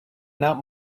not